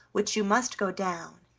which you must go down,